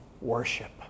worship